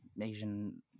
Asian